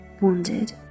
wounded